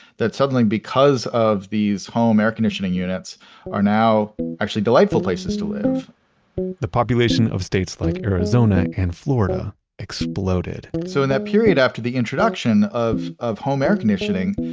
that suddenly because of these home air conditioning units are now actually delightful places to live the population of states like arizona and florida exploded so in that period after the introduction of of home air conditioning,